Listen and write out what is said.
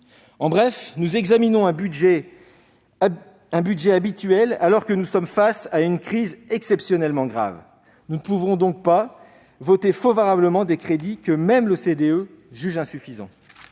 En bref, nous examinons un budget habituel alors que nous sommes face à une crise exceptionnellement grave. Nous ne pouvons pas voter favorablement des crédits que même l'OCDE juge insuffisants.